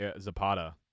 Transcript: Zapata